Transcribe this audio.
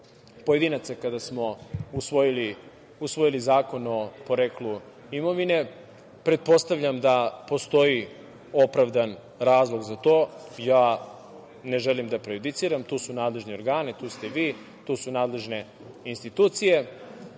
pojedinaca kada smo usvojili Zakon o poreklu imovine. Pretpostavljam da postoji opravdan razlog za to. Ja ne želim da prejudiciram, tu su nadležni organi, tu ste vi, tu su nadležne institucije,